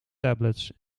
tablets